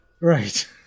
right